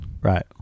Right